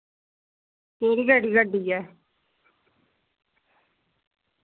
केह्ड़ी केह्ड़ी गड्डी ऐ